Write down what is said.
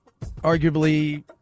Arguably